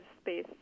space